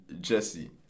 Jesse